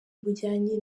bujyanye